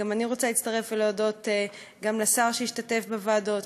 וגם אני רוצה להצטרף ולהודות לשר שהשתתף בוועדות,